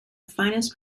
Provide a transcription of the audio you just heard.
finest